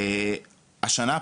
השנה,